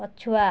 ପଛୁଆ